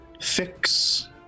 fix